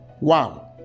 wow